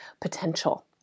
potential